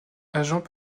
agents